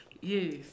Yes